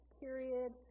period